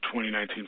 2019